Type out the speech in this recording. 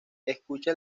escucha